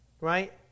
Right